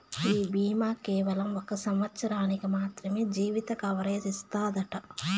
ఈ బీమా కేవలం ఒక సంవత్సరానికి మాత్రమే జీవిత కవరేజ్ ఇస్తాదట